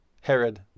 Herod